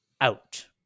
out